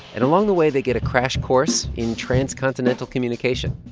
and along the way, they get a crash course in transcontinental communication.